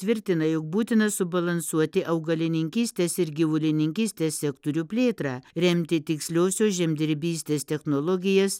tvirtina jog būtina subalansuoti augalininkystės ir gyvulininkystės sektorių plėtrą remti tiksliosios žemdirbystės technologijas